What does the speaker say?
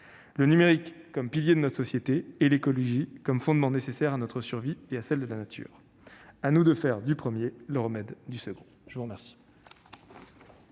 le numérique, comme pilier de la société, et l'écologie, comme fondement nécessaire à notre survie et à celle de la nature. À nous de faire du premier le remède du second ! La parole